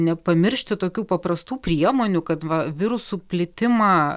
nepamiršti tokių paprastų priemonių kad va virusų plitimą